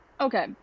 okay